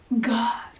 God